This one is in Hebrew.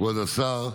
כבוד השר,